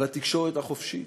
על התקשורת החופשית.